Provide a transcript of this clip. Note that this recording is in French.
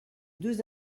deux